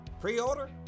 Pre-order